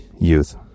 youth